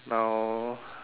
now